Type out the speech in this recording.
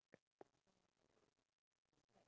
do you think if we